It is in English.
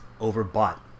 overbought